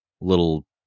little